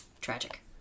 Tragic